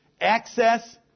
access